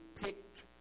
picked